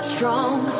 strong